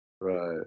Right